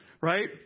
right